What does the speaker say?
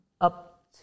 Up